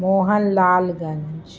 Mohanlalganj